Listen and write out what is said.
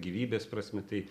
gyvybės prasme tai